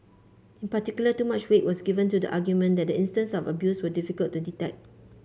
in particular too much weight was given to the argument that the instances of abuse were difficult to detect